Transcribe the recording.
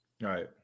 right